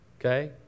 okay